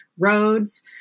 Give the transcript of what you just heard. roads